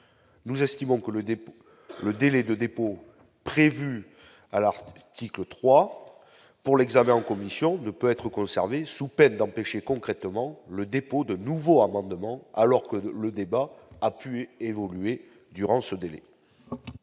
nous estimons que le dépôt, le délai de dépôt prévu à la cyclo 3 pour l'examen en commission ne peut être conservée sous peine d'empêcher concrètement le dépôt de nouveaux amendements alors que le débat a pu évoluer durant ce délai.